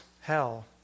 hell